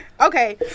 okay